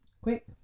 quick